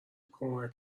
کمک